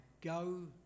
go